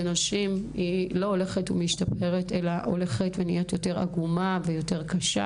נשים לא הולכת ומשתפרת אלא הולכת ונהיית יותר עגומה וקשה,